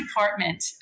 department